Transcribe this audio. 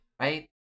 Right